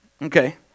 Okay